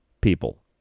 people